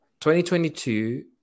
2022